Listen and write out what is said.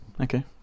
Okay